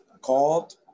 called